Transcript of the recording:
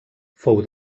fou